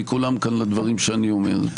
מכולם כאן לדברים שאני אומר,